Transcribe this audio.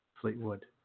Fleetwood